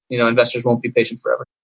you know investors won't be patient forever,